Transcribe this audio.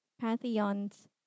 Pantheon's